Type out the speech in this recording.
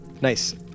Nice